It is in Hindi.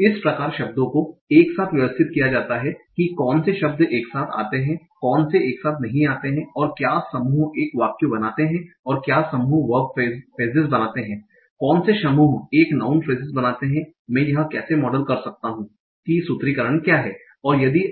इस प्रकार शब्दों को एक साथ व्यवस्थित किया जाता है कि कौन से शब्द एक साथ आते हैं कौन से एक साथ नहीं आते हैं और क्या समूह एक वाक्य बनाते हैं और क्या समूह वर्ब फ्रेसेस बनाते हैं कौन से समूह एक नाउँन फ्रेसेस बनाते हैं मैं यह कैसे मॉडल कर सकता हूं कि सूत्रीकरण क्या है और यदि